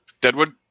Deadwood